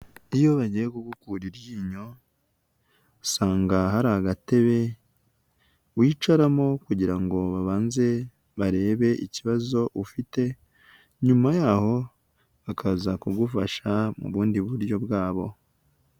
Iyo bagiye kugukura iryinyo usanga hari agatebe wicaramo kugira ngo babanze barebe ikibazo ufite, nyuma yaho bakaza kugufasha mu bundi buryo bwabo.